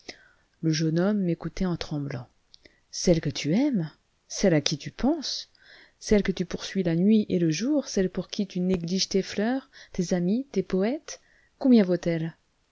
le jeune homme m'écoutait en tremblant celle que tu aimes celle à qui tu penses celle que tu poursuis la nuit et le jour celle pour qui tu négliges tes fleurs tes amis tes poëtes combien